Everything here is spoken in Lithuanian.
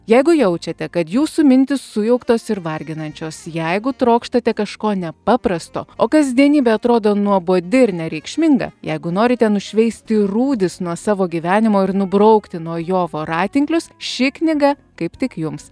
jeigu jaučiate kad jūsų mintys sujauktos ir varginančios jeigu trokštate kažko nepaprasto o kasdienybė atrodo nuobodi ir nereikšminga jeigu norite nušveisti rūdis nuo savo gyvenimo ir nubraukti nuo jo voratinklius ši knyga kaip tik jums